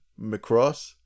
Macross